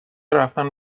رفتن